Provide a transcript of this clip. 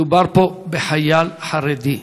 מדובר פה בחייל חרדי.